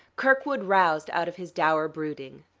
kirkwood roused out of his dour brooding.